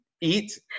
eat